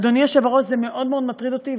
אדוני היושב-ראש, זה מאוד מאוד מטריד אותי.